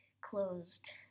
closed